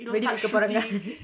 waiting to pull out a gun